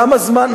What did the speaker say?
כמה זמן,